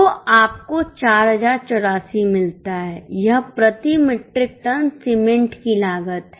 तो आपको 4084 मिलता है यह प्रति मीट्रिक टन सीमेंट की लागत है